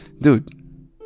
dude